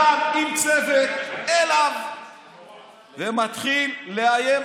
בא הבן אדם עם צוות אליו ומתחיל לאיים.